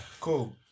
cool